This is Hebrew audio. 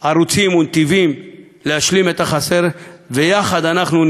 ערוצים ונתיבים להשלים את החסר, ויחד אנחנו,